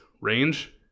range